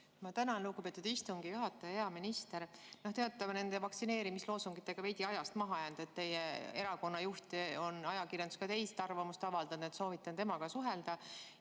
Ma tänan, lugupeetud istungi juhataja! Hea minister! Te olete oma nende vaktsineerimisloosungitega veidi ajast maha jäänud. Teie erakonna juht on ajakirjanduses ka teist arvamust avaldanud, soovitan temaga suhelda.